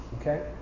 Okay